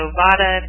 vada